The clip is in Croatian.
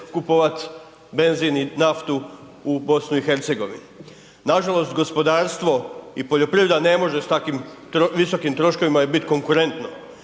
kupovat benzin i naftu i BiH. Nažalost, gospodarstvo i poljoprivreda ne može s takvim visokim troškovima bit konkurentno,